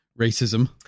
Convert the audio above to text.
racism